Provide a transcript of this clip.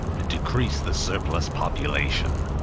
and decrease the surplus population.